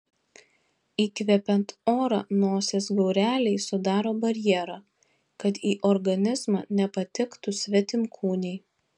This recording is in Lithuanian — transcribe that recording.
įkvepiant orą nosies gaureliai sudaro barjerą kad į organizmą nepatektų svetimkūniai